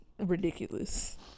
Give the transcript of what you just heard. ridiculous